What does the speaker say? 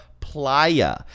playa